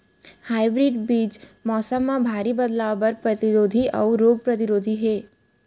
hybrid बीज मौसम मा भारी बदलाव बर परतिरोधी अऊ रोग परतिरोधी हे